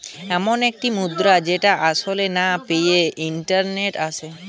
এমন একটি মুদ্রা যেটা আসলে না পেয়ে ইন্টারনেটে আসে